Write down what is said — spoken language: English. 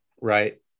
right